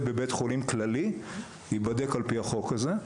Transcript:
בבית חולים כללי ייבדק על פי החוק הזה,